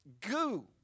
goo